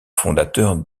fondateur